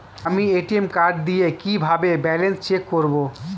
আমি ATM card দিয়ে কিভাবে ব্যালেন্স চেক করব?